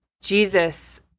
Jesus